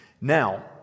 Now